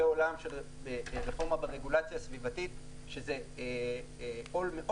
זה עולם של רפורמה ברגולציה הסביבתית שזה עול מאוד